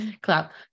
Clap